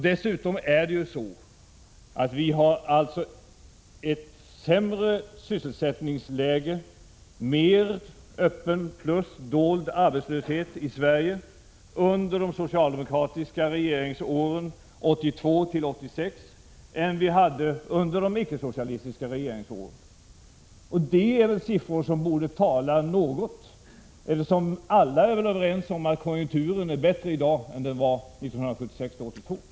Dessutom har vi ju haft ett sämre sysselsättningsläge, mer öppen plus dold arbetslöshet i Sverige under de socialdemokratiska regeringsåren 1982-1986 än vi hade under de icke-socialistiska regeringsåren. Det är ett faktum som borde säga oss något. Alla är väl överens om att konjunkturen är bättre i dag än vad den var 1976— 1982.